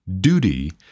duty